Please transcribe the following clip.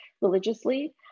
religiously